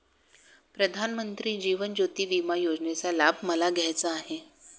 प्रधानमंत्री जीवन ज्योती विमा योजनेचा लाभ मला घ्यायचा आहे